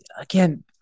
again